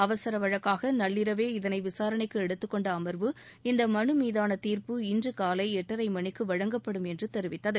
அவசர வழக்காக நள்ளிரவே இதனை விசாரணைக்கு எடுத்துக் கொண்ட அம்வு இந்த மனு மீதான தீர்ப்பு இன்று காலை எட்டரை மணிக்கு வழங்கப்படும் என்று தெரிவித்தது